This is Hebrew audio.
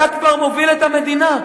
אתה כבר מוביל את המדינה.